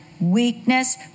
weakness